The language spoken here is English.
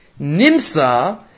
Nimsa